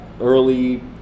early